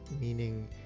meaning